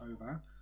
over